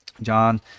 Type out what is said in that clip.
John